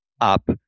up